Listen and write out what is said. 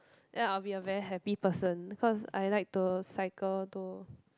then I'll be a very happy person cause I like to cycle to